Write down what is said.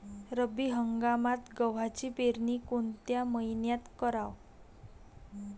रब्बी हंगामात गव्हाची पेरनी कोनत्या मईन्यात कराव?